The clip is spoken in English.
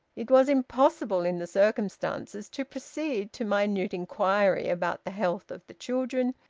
it was impossible, in the circumstances, to proceed to minute inquiry about the health of the children,